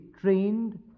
trained